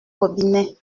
robinet